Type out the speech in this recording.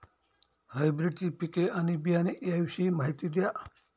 हायब्रिडची पिके आणि बियाणे याविषयी माहिती द्या